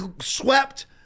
swept